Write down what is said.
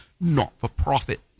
not-for-profit